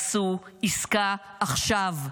עשו עסקה, עכשיו.